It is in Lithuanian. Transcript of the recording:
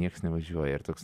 nieks nevažiuoja ir toks